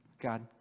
God